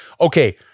Okay